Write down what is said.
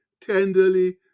tenderly